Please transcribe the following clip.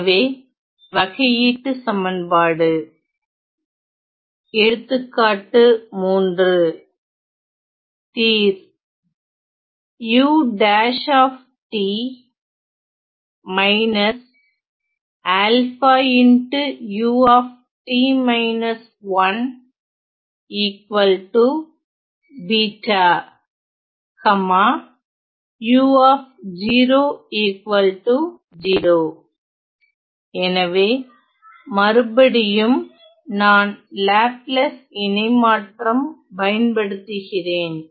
எனவே வகையீட்டுச் சமன்பாட்டு எடுத்துக்காட்டு 3 தீர் எனவே மறுபடியும் நான் லாப்லாஸ் இணைமாற்றம் பயன்படுத்துகிறேன்